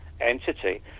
entity